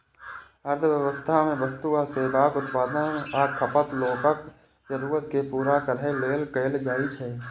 अर्थव्यवस्था मे वस्तु आ सेवाक उत्पादन आ खपत लोकक जरूरत कें पूरा करै लेल कैल जाइ छै